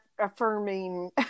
affirming